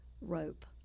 rope